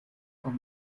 con